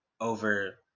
over